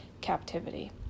captivity